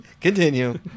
Continue